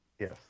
Yes